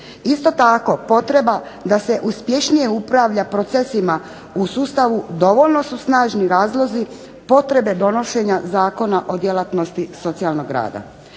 Isto tako, potreba da se uspješnije upravlja procesima u sustavu dovoljno su snažni razlozi potrebe donošenja Zakona o djelatnosti socijalnog rada.